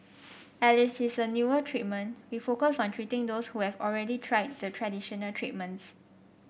as list is a newer treatment we focus on treating those who have already tried the traditional treatments